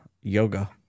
yoga